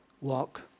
walk